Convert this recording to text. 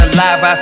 Alive